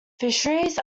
fisheries